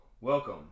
Welcome